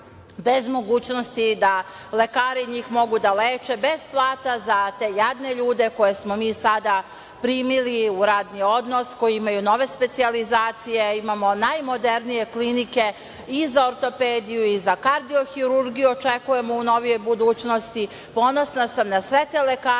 bez mogućnosti da lekari njih mogu da leče, bez plata za te jadne ljude koje smo mi sada primili u radni odnos, koji imaju nove specijalizacije, imamo najmodernije klinike i za ortopediju i za kardiohirurgiju, očekujemo u novijoj budućnosti. Ponosna sam na sve te lekare